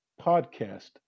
podcast